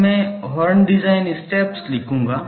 और अब मैं हॉर्न डिज़ाइन स्टेप्स लिखूंगा